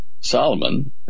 Solomon